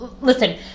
listen